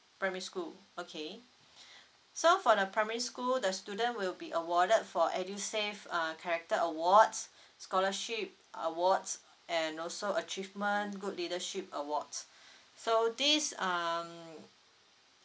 primary school okay so for the primary school the student will be awarded for edusave uh character awards scholarship awards and also achievement good leadership awards so these um